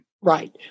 Right